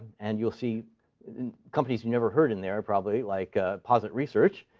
and you'll see companies you've never heard in there, probably, like ah posit research,